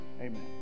Amen